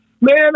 Man